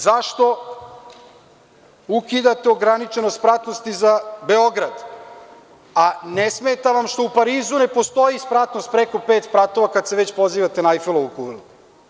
Zašto ukidate ograničenost spratnosti za Beograd, a ne smeta vam što u Parizu ne postoji spratnost preko pet spratova, kada se već pozivate na Ajfelovu kulu?